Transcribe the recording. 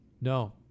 no